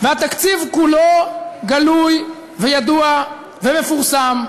והתקציב כולו גלוי וידוע ומפורסם,